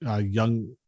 young